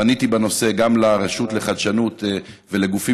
פניתי בנושא גם לרשות לחדשנות ולגופים